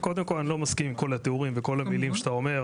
קודם כל אני לא מסכים עם כל התיאורים וכל המילים שאתה אומר,